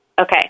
Okay